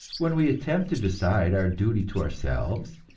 when we attempt to decide our duty to ourselves,